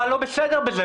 מה לא בסדר בזה?